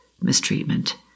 mistreatment